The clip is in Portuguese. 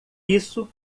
isso